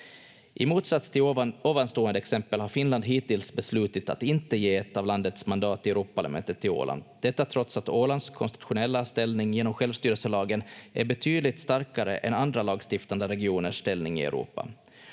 I motsats till ovanstående exempel har Finland hittills beslutit att inte ge ett av landets mandat i Europaparlamentet till Åland. Detta trots att Ålands konstitutionella ställning genom självstyrelselagen är betydligt starkare än andra lagstiftande regioners ställning i Europa.